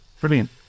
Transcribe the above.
brilliant